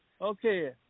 Okay